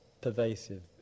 pervasive